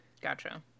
Gotcha